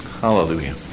Hallelujah